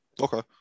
Okay